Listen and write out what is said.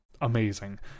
amazing